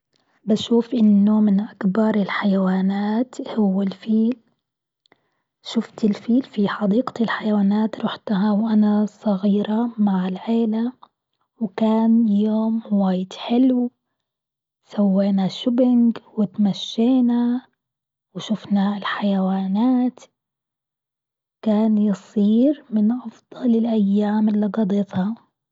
بشوف أنه من أكبر الحيوانات هو الفيل، شفت الفيل في حديقة الحيوانات رحتها وأنا صغيرة مع العيلة، وكان يوم واجد حلو، سوينا shopping وتمشينا وشفنا حيوانات، كان يصير من أفضل الايام اللي قضيتها.